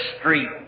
Street